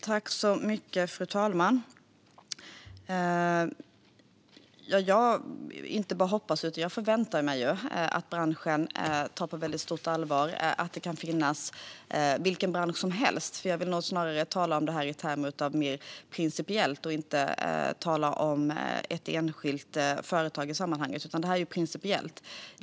Fru talman! Jag inte bara hoppas utan förväntar mig att branschen tar detta på stort allvar, och det gäller vilken bransch som helst. Jag vill nog hellre tala om detta i mer principiella termer än att tala om ett enskilt företag.